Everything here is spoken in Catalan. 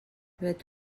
vet